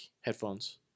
headphones